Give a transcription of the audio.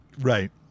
Right